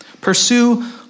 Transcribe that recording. pursue